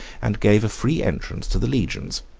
and gave a free entrance to the legions,